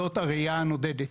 זאת הרעייה הנודדת,